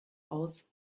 aus